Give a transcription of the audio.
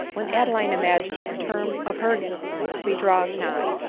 when adeline imagined the term of her existence to be drawing nigh,